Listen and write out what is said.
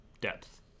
depth